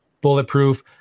bulletproof